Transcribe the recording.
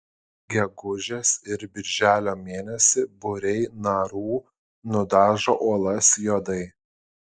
gegužės ir birželio mėnesį būriai narų nudažo uolas juodai